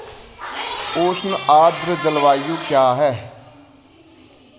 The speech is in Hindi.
उष्ण आर्द्र जलवायु क्या है?